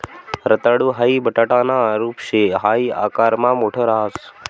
रताळू हाई बटाटाना रूप शे हाई आकारमा मोठ राहस